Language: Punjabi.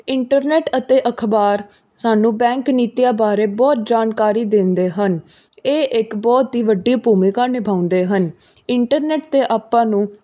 ਇੰਟਰਨੈਟ ਅਤੇ ਅਖਬਾਰ ਸਾਨੂੰ ਬੈਂਕ ਨੀਤੀਆਂ ਬਾਰੇ ਬਹੁਤ ਜਾਣਕਾਰੀ ਦਿੰਦੇ ਹਨ ਇਹ ਇੱਕ ਬਹੁਤ ਹੀ ਵੱਡੀ ਭੂਮਿਕਾ ਨਿਭਾਉਂਦੇ ਹਨ ਇੰਟਰਨੈਟ 'ਤੇ ਆਪਾਂ ਨੂੰ